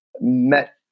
met